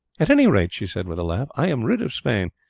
at any rate, she said with a laugh, i am rid of sweyn,